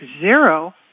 zero